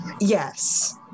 Yes